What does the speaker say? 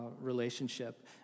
relationship